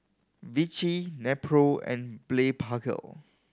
Vichy Nepro and Blephagel